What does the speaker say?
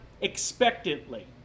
expectantly